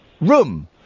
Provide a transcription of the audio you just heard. room